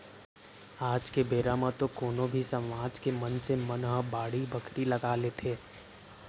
आज के बेरा म तो कोनो भी समाज के मनसे मन ह बाड़ी बखरी लगा लेथे